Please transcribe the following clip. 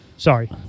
Sorry